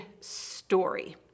story